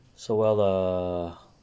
so well ah